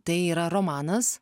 tai yra romanas